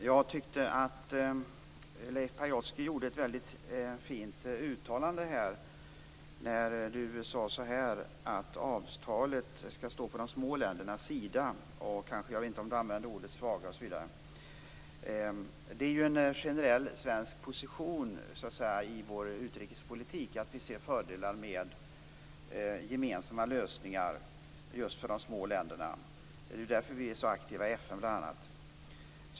Herr talman! Leif Pagrotsky gjorde ett väldigt fint uttalande om att avtalet skall stå på de små ländernas sida - jag vet inte om han talade om "de svaga länderna". Det är en generell svensk position att vi i vår utrikespolitik för de små ländernas del ser fördelar med gemensamma lösningar. Det är ju bl.a. därför vi är så aktiva i FN.